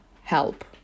help